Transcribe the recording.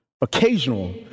Occasional